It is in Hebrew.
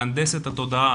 להנדס את התודעה,